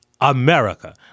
America